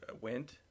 went